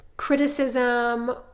Criticism